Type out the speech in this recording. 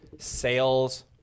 Sales